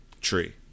tree